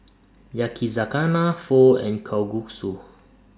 Yakizakana Pho and Kalguksu